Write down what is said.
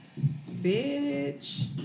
bitch